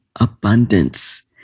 abundance